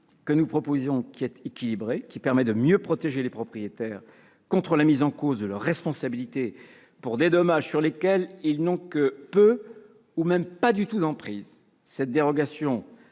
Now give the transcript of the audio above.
que nous proposons est équilibré. Il permettra de mieux protéger les propriétaires contre la mise en cause de leur responsabilité pour des dommages sur lesquels ils n'ont que peu ou pas du tout de prise. Cette dérogation